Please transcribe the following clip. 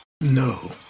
No